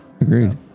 agreed